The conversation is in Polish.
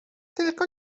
tylko